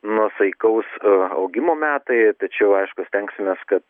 nuosaikaus augimo metai tačiau aišku stengsimės kad